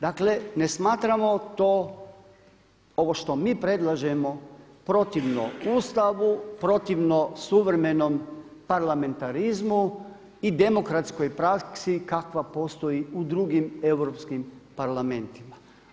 Dakle, ne smatramo to ovo što mi predlažemo protivno Ustavu, protivno suvremenom parlamentarizmu i demokratskoj praksi kakva postoji u drugim europskim parlamentima.